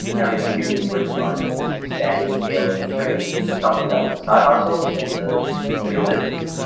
everything we've been working on is just expanding scaling and turning something that was a side hustle into a real business.